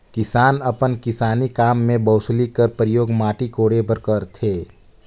किसान अपन किसानी काम मे बउसली कर परियोग माटी कोड़े बर करथे